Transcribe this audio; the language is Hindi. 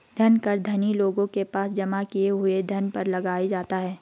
धन कर धनी लोगों के पास जमा किए हुए धन पर लगाया जाता है